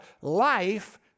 life